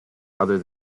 other